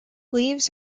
leaves